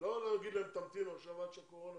לא להגיד להם שימתינו עכשיו עד שהקורונה